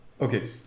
Okay